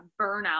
burnout